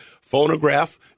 phonograph